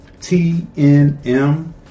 TNM